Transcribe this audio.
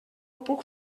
puc